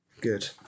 Good